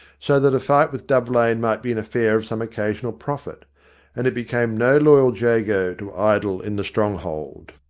so that a fight with dove lane might be an affair of some occasional profit and it became no loyal jago to idle in the strong hold.